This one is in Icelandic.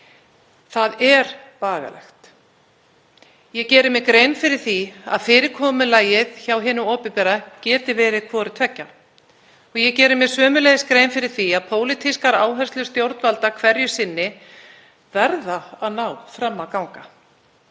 Það er bagalegt. Ég geri mér grein fyrir því að fyrirkomulagið hjá hinu opinbera geti verið hvort tveggja. Ég geri mér sömuleiðis grein fyrir því að pólitískar áherslur stjórnvalda hverju sinni verða að ná fram að ganga.